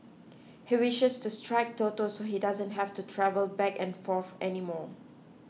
he wishes to strike Toto so he doesn't have to travel back and forth anymore